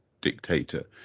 dictator